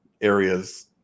areas